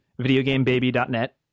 videogamebaby.net